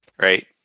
Right